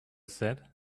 said